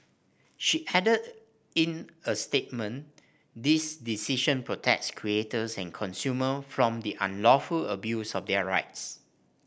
she added in a statement this decision protects creators and consumer from the unlawful abuse of their rights